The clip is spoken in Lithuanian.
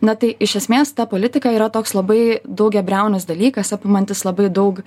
na tai iš esmės ta politika yra toks labai daugiabriaunis dalykas apimantis labai daug